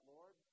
Lord